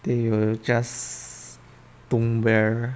they will just don't wear